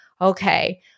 okay